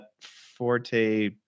forte